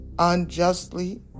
unjustly